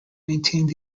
maintained